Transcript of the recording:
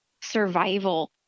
survival